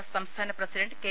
S സംസ്ഥാന president K